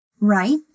right